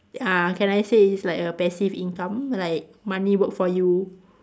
uh can I say is like a passive income like money work for you